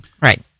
Right